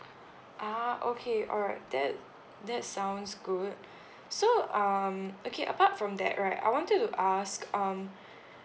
a'ah okay alright that that sounds good so um okay apart from that right I wanted to ask um